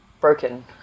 broken